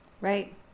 Right